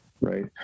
right